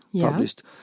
published